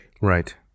Right